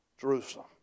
Jerusalem